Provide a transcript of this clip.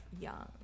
young